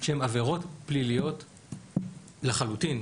שהם עבירות פליליות לחלוטין,